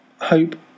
hope